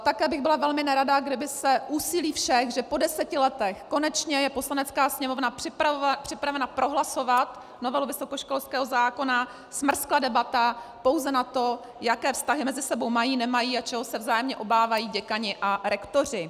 Také bych byla velmi nerada, kdyby se úsilí všech, že po deseti letech je konečně Poslanecká sněmovna připravena prohlasovat novelu vysokoškolského zákona, smrskla debata pouze na to, jaké vztahy mezi sebou mají, nemají a čeho se vzájemně obávají děkani a rektoři.